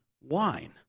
wine